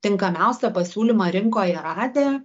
tinkamiausią pasiūlymą rinkoje radę